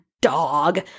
dog